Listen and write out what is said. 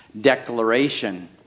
declaration